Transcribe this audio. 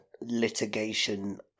litigation